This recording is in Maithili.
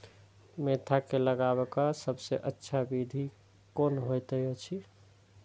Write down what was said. मेंथा के लगवाक सबसँ अच्छा विधि कोन होयत अछि?